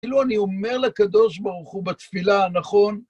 כאילו אני אומר לקדוש ברוך הוא בתפילה, נכון?